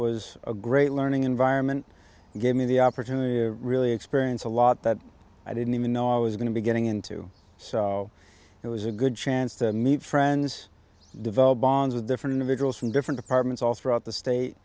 was a great learning environment and gave me the opportunity to really experience a lot that i didn't even know i was going to be getting into so it was a good chance to meet friends develop bonds with different individuals from different departments all throughout the state